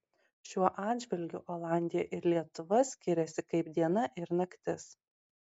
šiuo atžvilgiu olandija ir lietuva skiriasi kaip diena ir naktis